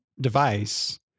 device